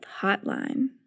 Hotline